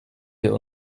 wir